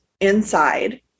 inside